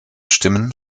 stimmen